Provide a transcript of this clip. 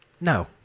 No